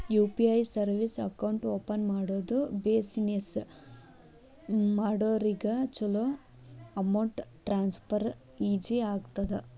UPI service account open ಮಾಡೋದು business ಮಾಡೋರಿಗ ಚೊಲೋ ಅಮೌಂಟ್ ಟ್ರಾನ್ಸ್ಫರ್ ಈಜಿ ಆಗತ್ತ